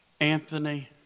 Anthony